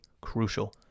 crucial